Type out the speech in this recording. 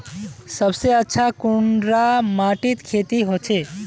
सबसे अच्छा कुंडा माटित खेती होचे?